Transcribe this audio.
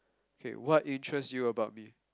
okay what interests you about me